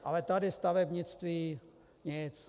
Ale tady stavebnictví nic.